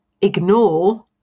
ignore